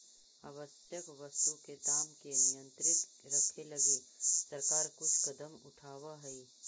आवश्यक वस्तु के दाम के नियंत्रित रखे लगी सरकार कुछ कदम उठावऽ हइ